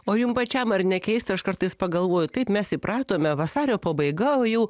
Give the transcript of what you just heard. o jum pačiam ar ne keista aš kartais pagalvoju taip mes įpratome vasario pabaiga o jau